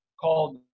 called